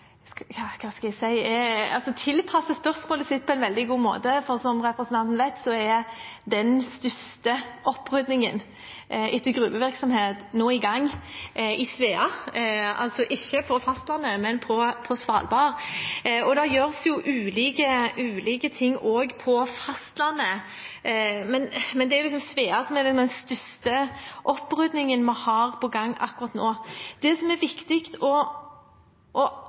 den største oppryddingen etter gruvevirksomhet nå i gang i Svea – altså ikke på fastlandet, men på Svalbard. Det gjøres ulike ting også på fastlandet, men det er Svea som er den største oppryddingen vi har på gang akkurat nå. Det som er viktig å